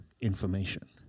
information